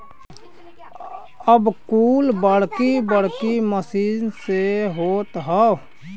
अब कुल बड़की बड़की मसीन से होत हौ